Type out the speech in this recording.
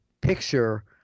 picture